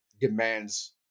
demands